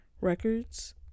records